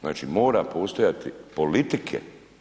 Znači, mora postojati politike.